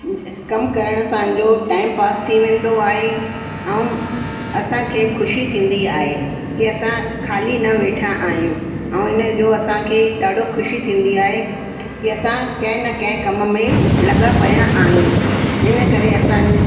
कमु करण असांजो टाइम पास थी वेंदो आहे ऐं असांखे ख़ुशी थींदी आहे कि असां ख़ाली न वेठा आहियूं ऐं हिनजो असांखे ॾाढो ख़ुशी थींदी आहे कि असां कंहिं न कंहिं कमु में लॻा पिया आहियूं हिन करे असां